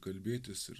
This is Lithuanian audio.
kalbėtis ir